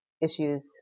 issues